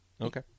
Okay